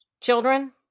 children